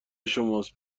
شماست